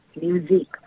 music